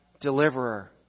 deliverer